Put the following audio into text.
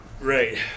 Right